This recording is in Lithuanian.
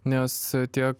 nes tiek